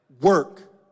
work